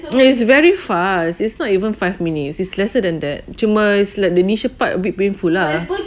no it's very fast it's not even five minutes it's lesser than that cuma like the initial part a bit painful lah